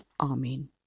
Amen